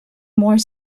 more